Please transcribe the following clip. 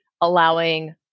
allowing